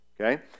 okay